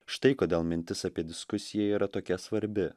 štai kodėl mintis apie diskusiją yra tokia svarbi